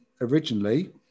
originally